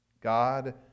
God